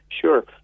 Sure